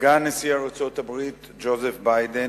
סגן נשיא ארצות-הברית ג'וזף ביידן,